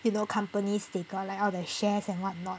you know companies they got like all the shares and what not